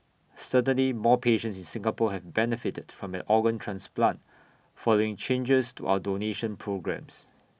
certainly more patients in Singapore have benefited from an organ transplant following changes to our donation programmes